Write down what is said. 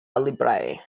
libre